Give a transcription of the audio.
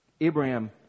Abraham